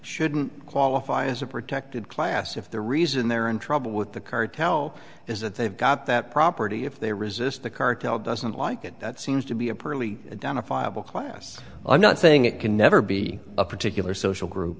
shouldn't qualify as a protected class if the reason they're in trouble with the cartel is that they've got that property if they resist the cartel doesn't like it that seems to be a purley down a file class i'm not saying it can never be a particular social group